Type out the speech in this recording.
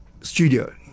studio